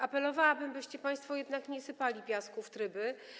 Apelowałabym, byście państwo jednak nie sypali piasku w tryby.